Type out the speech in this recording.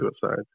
suicide